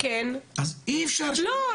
אז אי אפשר --- לא,